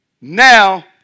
now